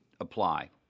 apply